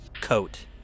coat